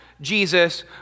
Jesus